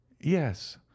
Yes